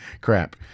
crap